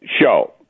show